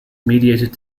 mediated